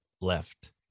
left